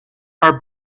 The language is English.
are